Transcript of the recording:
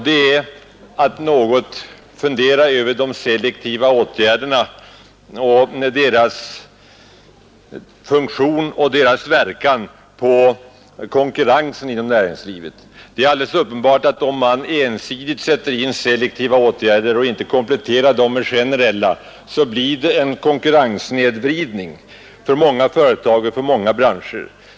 Det ena är vilken verkan selektiva åtgärder har på konkurrensen inom näringslivet. Det är alldeles uppenbart att om man ensidigt sätter in selektiva åtgärder och inte kompletterar dem med generella blir det en konkurrenssnedvridning för många företag och branscher.